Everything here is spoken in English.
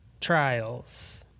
trials